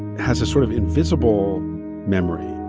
has a sort of invisible memory.